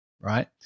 right